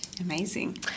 amazing